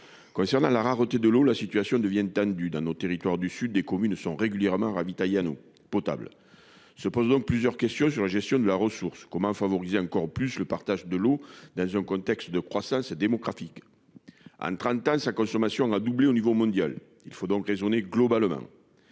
Concernant la rareté de l'eau, la situation devient tendue. Dans nos territoires du Sud, des communes sont régulièrement ravitaillées en eau potable. Se posent donc plusieurs questions quant à la gestion de la ressource. Comment favoriser encore davantage le partage de l'eau dans un contexte de croissance démographique ? En trente ans, la consommation d'eau a doublé à l'échelle mondiale. Il faut donc raisonner globalement.